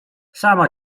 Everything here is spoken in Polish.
sama